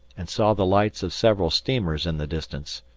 and saw the lights of several steamers in the distance.